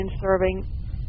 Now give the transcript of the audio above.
serving